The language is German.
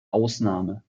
ausnahme